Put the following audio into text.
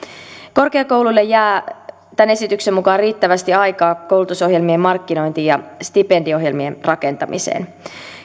korkeakouluille jää tämän esityksen mukaan riittävästi aikaa koulutusohjelmien markkinointiin ja stipendiohjelmien rakentamiseen